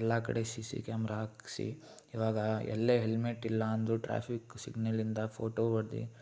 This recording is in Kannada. ಎಲ್ಲ ಕಡೆ ಸಿ ಸಿ ಕ್ಯಾಮ್ರಾ ಹಾಕಿಸಿ ಇವಾಗ ಎಲ್ಲೇ ಹೆಲ್ಮೆಟ್ ಇಲ್ಲ ಅಂದರು ಟ್ರಾಫಿಕ್ ಸಿಗ್ನಲ್ಲಿಂದ ಫೋಟೋ ಹೊಡ್ದಿ